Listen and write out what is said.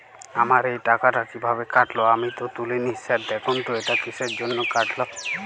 আমার এই টাকাটা কীভাবে কাটল আমি তো তুলিনি স্যার দেখুন তো এটা কিসের জন্য কাটল?